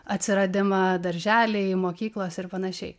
atsiradimą darželiai mokyklos ir panašiai